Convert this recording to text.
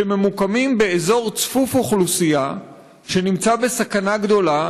שממוקמים באזור צפוף אוכלוסייה שנמצא בסכנה גדולה.